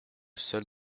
seul